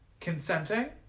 consenting